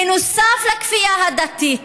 בנוסף לכפייה הדתית,